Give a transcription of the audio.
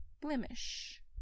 blemish